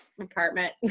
apartment